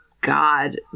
God